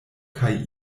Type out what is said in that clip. kaj